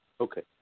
Okay